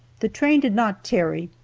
the train did not tarry,